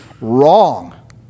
wrong